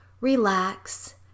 relax